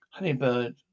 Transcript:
Honeybird